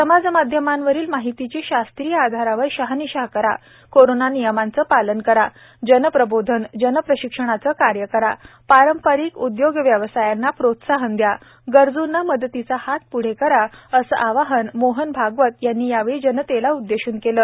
समाजमाध्यमांवरील माहितीची शास्त्रीय आधारावर शहानिशा करा कोरोना नियमांचे पालन करा जनप्रबोधन जनप्रशिक्षणाचं कार्य करा पारंपारिक उद्योगव्यवसायांना प्रोत्साहन द्या गरजूंना मदतीचा हात प्ढे करा असं आवाहन मोहन भागवत यांनी यावेळी जनतेला उद्देशून केलं